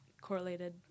correlated